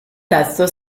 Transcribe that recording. testo